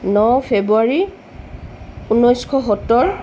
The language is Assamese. ন ফেব্ৰুৱাৰী ঊনৈছশ সত্তৰ